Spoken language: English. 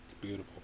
beautiful